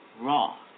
raw